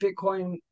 Bitcoin